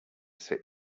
sit